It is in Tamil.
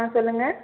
ஆ சொல்லுங்கள்